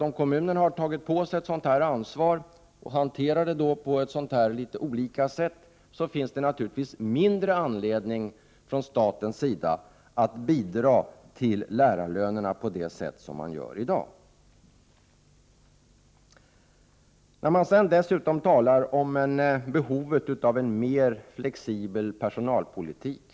Om kommunerna har tagit på sig ett sådant här ansvar och sedan hanterar detta på litet olika sätt, har staten naturligtvis inte riktigt samma anledning att bidra till lärarlönerna på det sätt som i dag sker. Dessutom talar man om behovet av en mera flexibel personalpolitik.